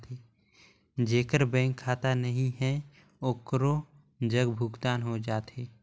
जेकर बैंक खाता नहीं है ओकरो जग भुगतान हो जाथे?